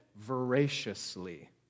voraciously